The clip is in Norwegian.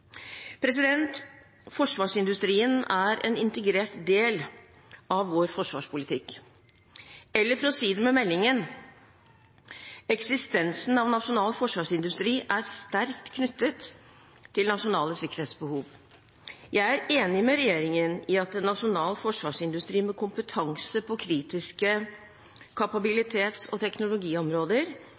Forsvarsindustrien er en integrert del av vår forsvarspolitikk. Eller for å si det med meldingen: «Eksistensen av nasjonal forsvarsindustri er sterkt knyttet til nasjonale sikkerhetsbehov.» Jeg er enig med regjeringen i at en nasjonal forsvarsindustri med kompetanse på kritiske kapabilitets- og teknologiområder